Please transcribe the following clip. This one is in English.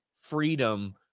freedom